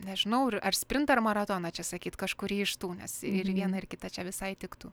nežinau ar sprintą ar maratoną čia sakyt kažkurį iš tų nes ir viena ir kita čia visai tiktų